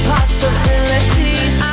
Possibilities